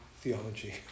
theology